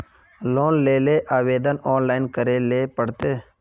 Loan लेले आवेदन online करे ले पड़ते?